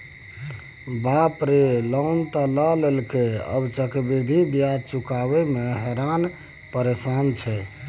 बाप रे लोन त लए लेलकै आब चक्रवृद्धि ब्याज चुकाबय मे हरान परेशान छै